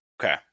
Okay